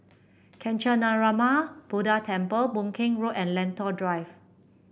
Kancanarama Buddha Temple Boon Keng Road and Lentor Drive